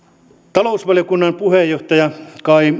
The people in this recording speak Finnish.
talousvaliokunnan puheenjohtaja kaj